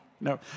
No